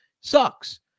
sucks